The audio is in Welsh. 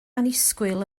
annisgwyl